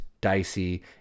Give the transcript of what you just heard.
dicey